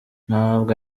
ntabwo